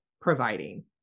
providing